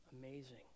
Amazing